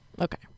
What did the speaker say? Okay